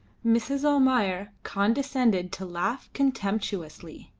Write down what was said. mrs. almayer condescended to laugh contemptuously.